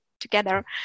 together